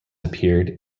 appeared